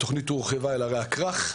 התוכנית הורחבה אל ערי הכרך.